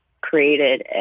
created